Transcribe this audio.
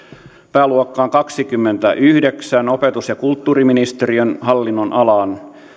pääluokkaan kaksikymmentäyhdeksän opetus ja kulttuuriministeriön hallinnonalaan